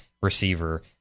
receiver